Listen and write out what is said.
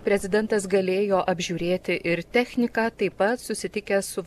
prezidentas galėjo apžiūrėti ir techniką taip pat susitikęs su